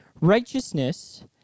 Righteousness